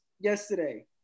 yesterday